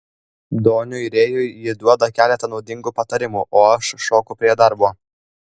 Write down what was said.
doniui rėjui ji duoda keletą naudingų patarimų o aš šoku prie darbo